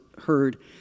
heard